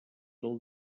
del